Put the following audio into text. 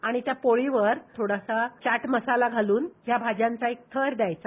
आणि त्या पोळीवर थोडासा चाट मसाला घालून या भाज्यांचा एक थर द्यायचा